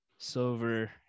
silver